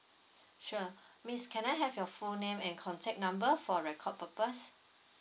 sure miss can I have your full name and contact number for record purpose